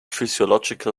physiological